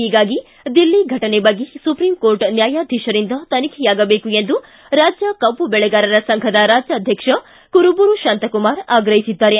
ಹೀಗಾಗಿ ದಿಲ್ಲಿ ಘಟನೆ ಬಗ್ಗೆ ಸುಪ್ರೀಂ ಕೋರ್ಟ್ ನ್ಯಾಯಾಧೀಶರಿಂದ ತನಿಖೆಯಾಗಬೇಕು ಎಂದು ರಾಜ್ಜ ಕಬ್ಬು ಬೆಳೆಗಾರರ ಸಂಘದ ರಾಜ್ನಾಧ್ಯಕ್ಷ ಕುರುಬೂರು ಶಾಂತಕುಮಾರ್ ಆಗ್ರಹಿಸಿದ್ದಾರೆ